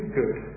good